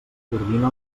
coordina